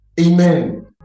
Amen